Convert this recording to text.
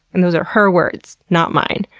and those are her words, not mine.